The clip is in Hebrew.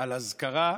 על אזכרה,